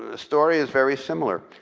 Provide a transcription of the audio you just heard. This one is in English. ah story is very similar,